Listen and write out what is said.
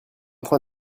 train